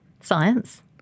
science